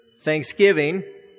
thanksgiving